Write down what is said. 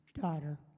daughter